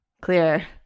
clear